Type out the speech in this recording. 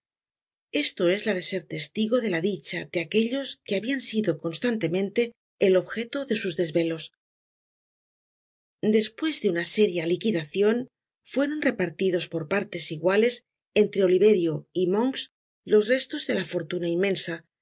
esto es la de ser testigo de la dicha de aquellos que habian sido constantemente el objeto de sus desvelos despues de una seria liquidacion fueron repartidos por partes iguales entre oliverio y monks los restos de la fortuna inmensa